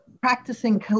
practicing